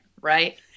right